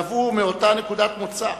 נבעו מאותה נקודת מוצא,